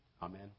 Amen